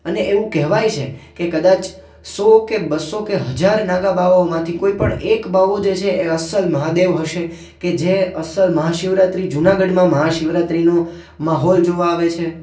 અને એવું કહેવાય છે કે કદાચ સો કે બસો કે હજાર નાગા બાવાઓમાંથી કોઈ પણ એક બાવો જે છે એ અસલ મહાદેવ હશે કે જે અસલ મહાશિવરાત્રી જુનાગઢમાં મહાશિવરાત્રિનું માહોલ જોવા આવે છે